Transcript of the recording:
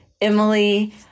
Emily